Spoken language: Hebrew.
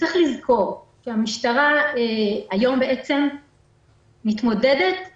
צריך לזכור כי המשטרה מתמודדת היום,